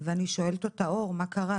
ואני שואלת אותה: אור, מה קרה?